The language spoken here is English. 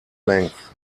length